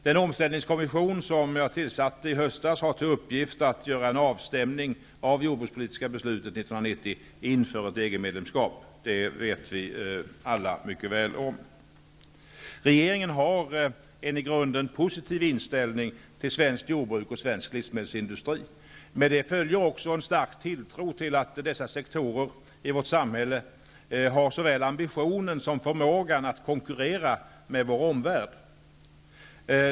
Den omställningskommission som jag tillsatte i höstas har till uppgift att göra en avstämning av det jordbrukspolitiska beslutet 1990 inför ett EG medlemskap. Det känner vi alla mycket väl till. Regeringen har en i grunden positiv inställning till svenskt jordbruk och svensk livsmedelsindustri. Med det följer också en stark tilltro till att dessa sektorer i vårt samhälle har såväl ambitionen som förmågan att konkurrera med vår omvärld.